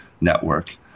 network